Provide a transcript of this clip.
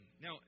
Now